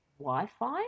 Wi-Fi